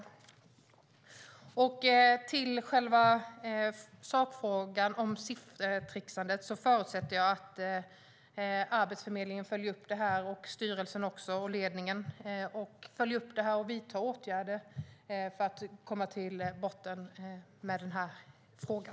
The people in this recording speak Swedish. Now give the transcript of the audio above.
När det gäller själva sakfrågan om siffertricksandet förutsätter jag att Arbetsförmedlingen och deras styrelse och ledning följer upp detta och vidtar åtgärder för att komma till botten med denna fråga.